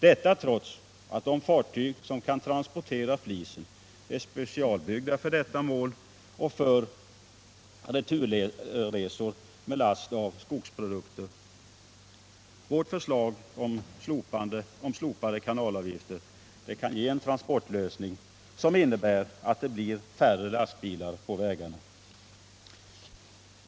Detta trots att de fartyg som kan transportera flisen är specialbyggda för detta ändamål och för returresor med last av skogsbruksprodukter. Vårt förslag om slopade kanalavgifter kan ge en transportlösning, som innebär att det blir färre lastbilar på vägarna.